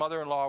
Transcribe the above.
MOTHER-IN-LAW